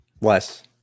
less